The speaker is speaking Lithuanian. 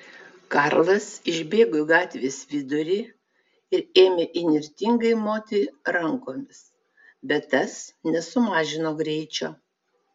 karlas išbėgo į gatvės vidurį ir ėmė įnirtingai moti rankomis bet tas nesumažino greičio